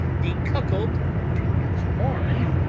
the cuckold to his horn,